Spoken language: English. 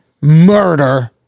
murder